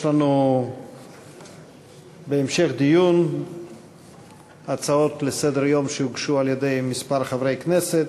יש לנו בהמשך הדיון הצעות לסדר-יום שהוגשו על-ידי כמה חברי כנסת.